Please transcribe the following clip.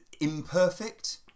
imperfect